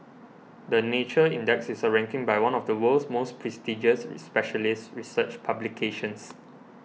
the Nature Index is a ranking by one of the world's most prestigious specialist research publications